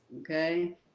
okay